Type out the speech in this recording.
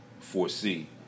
foresee